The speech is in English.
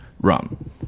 rum